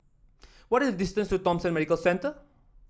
what is the distance to Thomson Medical Centre